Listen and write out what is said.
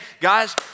guys